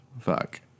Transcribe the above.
Fuck